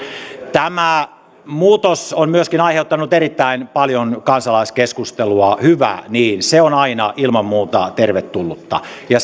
tämä muutos on myöskin aiheuttanut erittäin paljon kansalaiskeskustelua hyvä niin se on aina ilman muuta tervetullutta ja